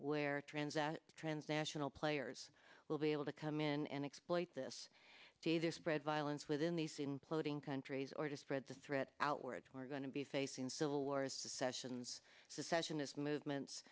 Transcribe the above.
where trends that transnational players will be able to come in and exploit this day they're spread violence within these imploding countries or to spread the threat outwards we're going to be facing civil wars secessions secessionist movements